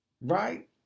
Right